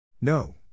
No